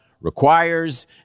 requires